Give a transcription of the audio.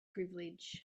privilege